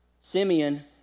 Simeon